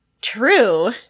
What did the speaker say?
True